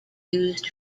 used